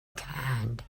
kid